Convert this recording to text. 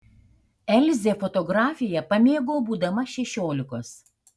elzė fotografiją pamėgo būdama šešiolikos